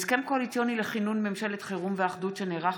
הסכם קואליציוני לכינון ממשלת חירום ואחדות, שנערך